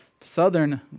southern